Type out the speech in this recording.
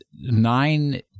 nine